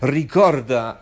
ricorda